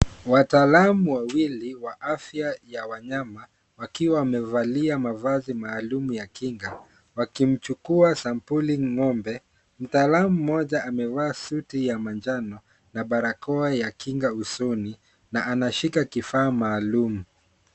Wataalam wawili wa afya ya wanyama wakiwa wamevalia mavazi maalum ya kinga wakimchukua sampuli ng'ombe. Mtaalam mmoja amevaa suti ya manjano na barakoa ya kinga usoni na anashika kifaa maalum.